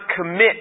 commit